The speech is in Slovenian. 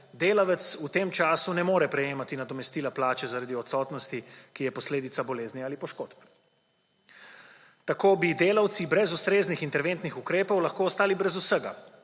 delavec v tem času ne more prejemati nadomestila plače zaradi odsotnosti, ki je posledica bolezni ali poškodb. Tako bi delavci brez ustreznih interventnih ukrepov lahko ostali brez vsega,